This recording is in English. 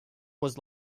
was